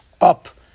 up